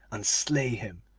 and slay him,